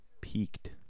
Peaked